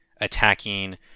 attacking